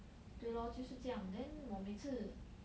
对 lor 就是这样 then 我每次